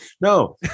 no